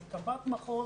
של קב"ט מחוז,